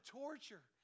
torture